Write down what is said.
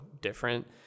different